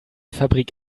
fabrik